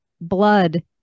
blood